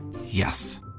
Yes